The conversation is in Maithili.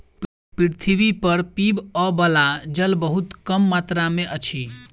पृथ्वी पर पीबअ बला जल बहुत कम मात्रा में अछि